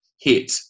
hit